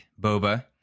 Boba